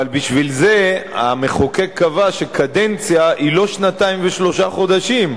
אבל בשביל זה המחוקק קבע שקדנציה היא לא שנתיים ושלושה חודשים.